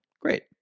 Great